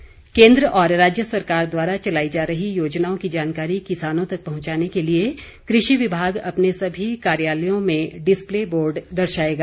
वीरेन्द्र कंवर केन्द्र और राज्य सरकार द्वारा चलाई जा रही योजनाओं की जानकारी किसानों तक पहुंचाने के लिए कृषि विभाग अपने सभी कार्यालयों में डिस्पले बोर्ड दर्शाएगा